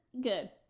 Good